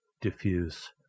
diffuse